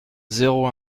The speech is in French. zéro